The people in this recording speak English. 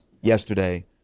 yesterday